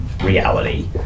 reality